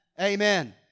Amen